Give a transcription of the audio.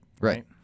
Right